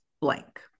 blank